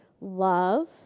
love